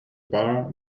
bar